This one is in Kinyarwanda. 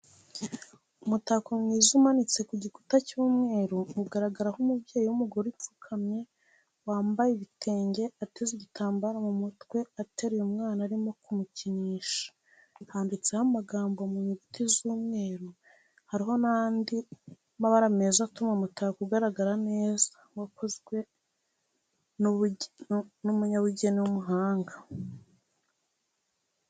Umutako mwiza umanitse ku gikuta cy'umweru ugaragaraho umubyeyi w'umugore upfukamye, wambaye ibitenge ateze igitambaro mu mutwe ateruye umwana arimo kumukinisha, handitseho amagambo mu nyuguti z'umweru hariho n'andi mabara meza atuma umutako ugaragara neza wakozwe n'umunyabugeni w'umuhanga.